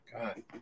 God